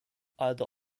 either